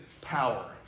power